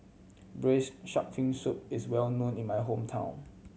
Braised Shark Fin Soup is well known in my hometown